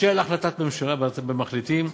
של החלטת ממשלה במחליטים,